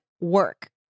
work